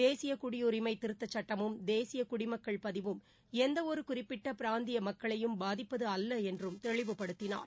தேசிய குடியுரிமை திருத்த சட்டமும் தேசிய குடிமக்கள் பதிவும் எந்த ஒரு குறிப்பிட்ட பிராந்திய மக்களையும் பாதிப்பது அல்ல என்றும் தெளிவுபடுத்தினார்